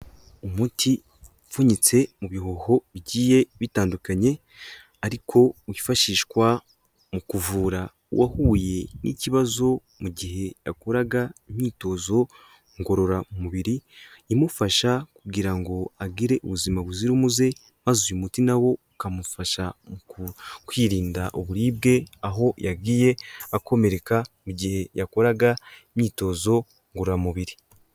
Umuti upfunyitse mu bihuho bigiye bitandukanye, ariko wifashishwa mu kuvura uwahuye n'ikibazo mu gihe yakoraga imyitozo ngororamubiri, imufasha kugira ngo agire ubuzima buzira umuze, maze uyu mutima wo ukamufasha mu kwirinda uburibwe, aho yagiye akomereka mu gihe yakoraga imyitozo ngororamubiri,